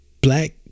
black